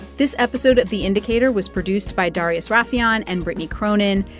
this episode of the indicator was produced by darius rafieyan and brittany cronin.